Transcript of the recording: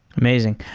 amazing.